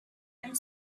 and